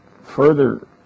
further